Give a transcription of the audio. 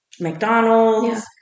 McDonald's